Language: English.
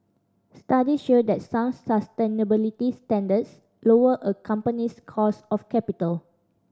studies show that sound sustainability standards lower a company's cost of capital